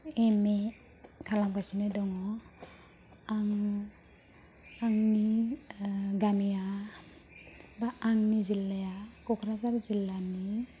M ए खालामगासिनो दङ आङो आंनि गामिया एबा आंनि जिल्लाया क'क्राझार जिल्लानि